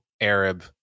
Arab